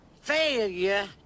failure